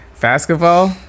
Basketball